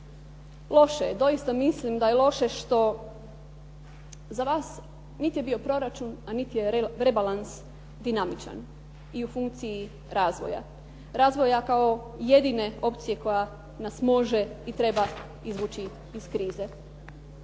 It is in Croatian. Loše je, doista mislim da je loše što za vas niti je bio proračun a niti je rebalans dinamičan i u funkciji razvoja. Razvoja kao jedine opcije koja nas može i treba izvući iz krize.